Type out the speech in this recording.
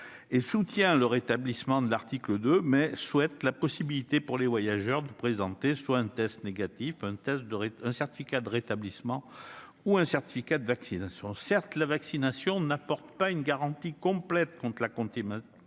Il soutient donc le rétablissement de l'article 2. Mais il souhaite que figure également la possibilité pour les voyageurs de présenter soit un test négatif, soit un certificat de rétablissement, soit un certificat de vaccination. Certes, la vaccination n'apporte pas une garantie complète contre la contamination,